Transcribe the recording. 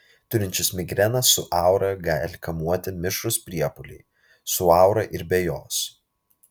turinčius migreną su aura gali kamuoti mišrūs priepuoliai su aura ir be jos